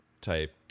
type